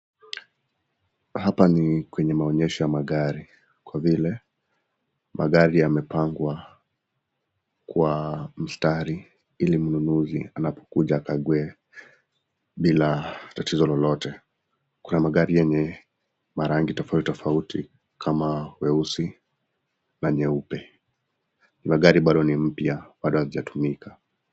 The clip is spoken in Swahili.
Hapa ni kwenye maonyesho ya magari. Kwa vile magari yamepangwa kwa mstari ili mnunuzi anapokuja akague bila tatizo lolote. Kuna magari yenye marangi tofauti tofauti kama weusi na nyeupe. Magari bado ni mpya bado haijatumika.